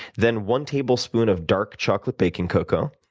then one tablespoon of dark chocolate baking coco.